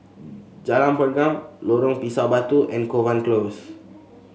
Jalan Pergam Lorong Pisang Batu and Kovan Close